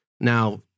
now